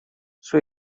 sua